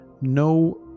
no